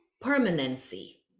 permanency